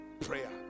prayer